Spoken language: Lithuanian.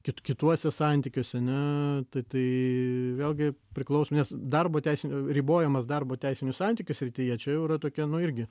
ki kituose santykiuose ne tai tai vėlgi priklauso nes darbo teisė ribojamas darbo teisinių santykių srityje čia jau yra tokia nu irgi